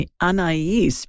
Anais